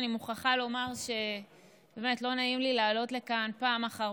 אני מוכרחה לומר שבאמת לא נעים לי לעלות לכאן פעם אחר